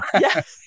Yes